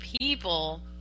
people